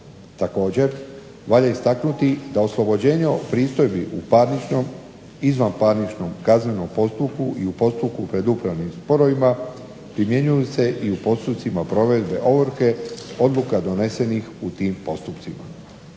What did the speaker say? Također valja istaknuti da oslobođenje od pristojbi u parničnom i izvanparničnom kaznenom postupku i u postupku pred upravnim sporovima primjenjuju se i u postupcima provedbe ovrhe odluka donesenih u tim postupcima.